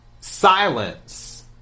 silence